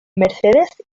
mercedes